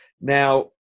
Now